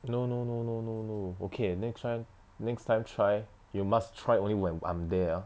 no no no no no no okay next one next time try you must try only when I'm there ah